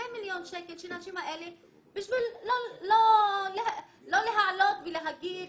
מיליון שקל של הנשים האלה בשביל לא להעלות ולהגיד,